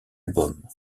album